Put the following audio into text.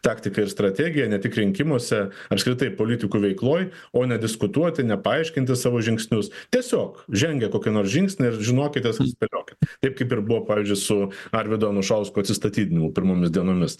taktika ir strategija ne tik rinkimuose apskritai politikų veikloj o nediskutuoti nepaaiškinti savo žingsnius tiesiog žengė kokį nors žingsnį ir žinokitės susidėliokit taip kaip ir buvo pavyzdžiui su arvydo anušausko atsistatydinimu pirmomis dienomis